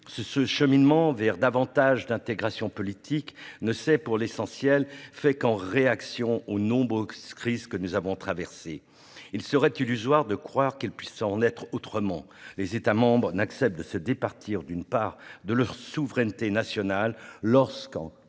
ce cheminement vers davantage d'intégration politique ne s'est fait, pour l'essentiel, qu'en réaction aux nombreuses crises que nous avons traversées. Il serait illusoire de croire qu'il puisse en être autrement : les États membres n'acceptent de se départir d'une part de leur souveraineté nationale que, lorsqu'en